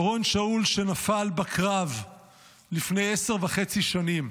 אורון שאול, שנפל בקרב לפני עשר וחצי שנים,